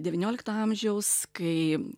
devyniolikto amžiaus kai